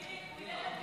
אם תרצו,